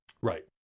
right